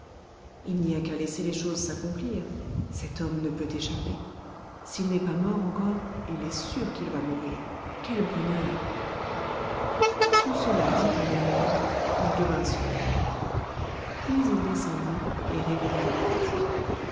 il n'y a qu'à laisser les choses s'accomplir cet homme ne peut échapper s'il n'est pas mort encore il est sûr qu'il va mourir quel bonheur tout cela dit en lui-même il devint sombre puis il descendit et réveilla le portier